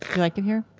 like it here?